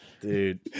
Dude